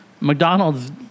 McDonald's